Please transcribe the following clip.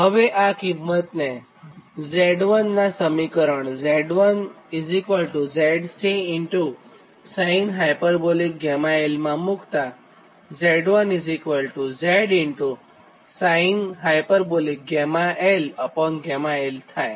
હવે આ કિંમતને Z1 નાં સમીકરણ Z1 ZC sinh𝛾𝑙 માં મુક્તા Z1Z sinhγlγl થાય